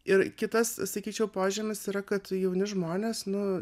ir kitas sakyčiau požymis yra kad jauni žmonės nu